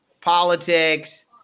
politics